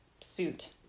suit